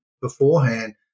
beforehand